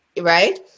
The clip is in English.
right